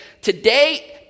today